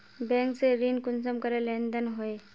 Bank से ऋण कुंसम करे लेन देन होए?